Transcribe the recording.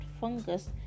fungus